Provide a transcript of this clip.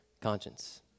conscience